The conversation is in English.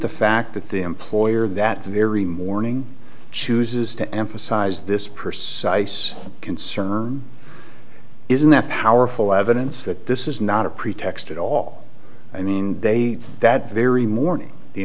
the fact that the employer that very morning chooses to emphasize this pursue concern isn't that powerful evidence that this is not a pretext at all i mean they that very morning the